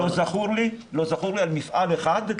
לא זכור לי מפעל אחד שנסגר.